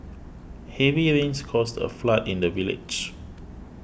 heavy rains caused a flood in the village